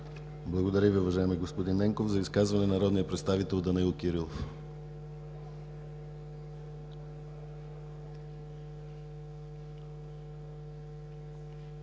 Благодаря Ви, уважаеми господин Ненков. За изказване – народният представител Данаил Кирилов.